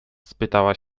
spytała